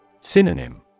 Synonym